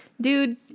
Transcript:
dude